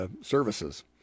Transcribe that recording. services